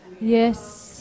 Yes